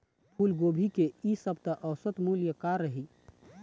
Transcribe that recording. फूलगोभी के इ सप्ता औसत मूल्य का रही?